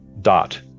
dot